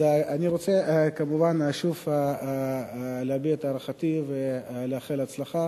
אז אני רוצה כמובן שוב להביע את הערכתי ולאחל הצלחה